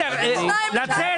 לצאת.